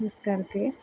ਇਸ ਕਰਕੇ